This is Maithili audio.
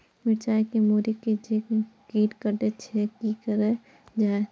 मिरचाय के मुरी के जे कीट कटे छे की करल जाय?